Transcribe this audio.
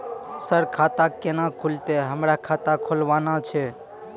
Sir खाता केना खुलतै, हमरा खाता खोलवाना छै?